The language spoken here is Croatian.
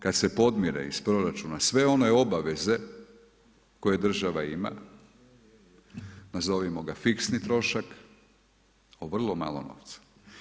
Kada se podmire iz proračuna sve one obaveze koje država ima nazovimo ga fiksni trošak, o vrlo malo novca.